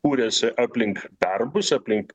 kūrėsi aplink darbus aplink